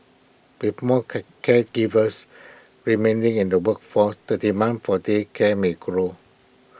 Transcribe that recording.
with more caregivers remaining in the workforce the demand for day care may grow